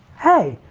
hey,